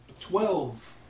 Twelve